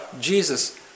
Jesus